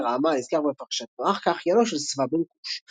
רעמה הנזכר בפרשת נח כאחיינו של סבא בן כוש.